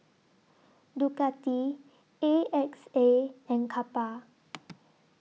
Ducati A X A and Kappa